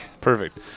Perfect